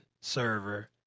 server